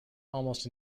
almost